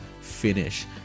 finish